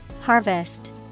Harvest